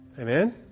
Amen